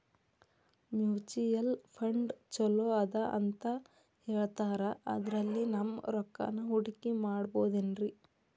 Mutual fund ಛಲೋ ಅದಾ ಅಂತಾ ಹೇಳ್ತಾರ ಅದ್ರಲ್ಲಿ ನಮ್ ರೊಕ್ಕನಾ ಹೂಡಕಿ ಮಾಡಬೋದೇನ್ರಿ?